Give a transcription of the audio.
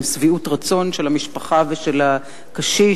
עם שביעות רצון של המשפחה ושל הקשיש,